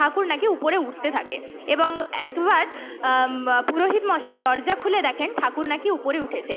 ঠাকুর নাকি উপরে উঠতে থাকে এবং একবার পুরোহিত মশাই দরজা খুলে দেখেন ঠাকুর নাকি উপরে উঠেছে